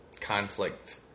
conflict